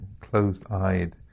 closed-eyed